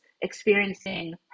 experiencing